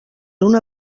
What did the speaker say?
una